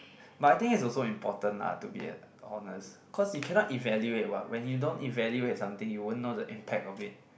but I think is also important lah to be ah honest cause you cannot evaluate what when you don't evaluate something you won't know the impact of it